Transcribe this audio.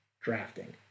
drafting